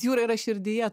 jūra yra širdyje